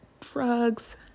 drugs